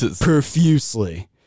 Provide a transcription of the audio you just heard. profusely